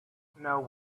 know